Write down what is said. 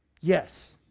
Yes